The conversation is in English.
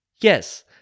Yes